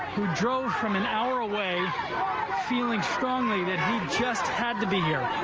who drove from an hour away feeling strongly that he just had to be here.